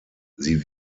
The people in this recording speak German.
sie